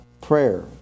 prayer